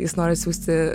jis nori atsiųsti